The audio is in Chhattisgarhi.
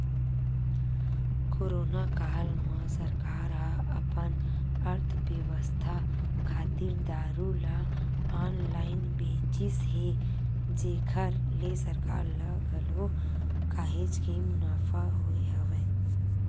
कोरोना काल म सरकार ह अपन अर्थबेवस्था खातिर दारू ल ऑनलाइन बेचिस हे जेखर ले सरकार ल घलो काहेच के मुनाफा होय हवय